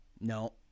No